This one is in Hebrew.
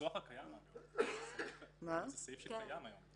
הניסוח הקיים זה סעיף שקיים היום.